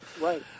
Right